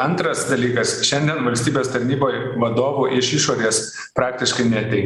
antras dalykas šiandien valstybės tarnyboj vadovų iš išorės praktiškai neateina